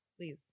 please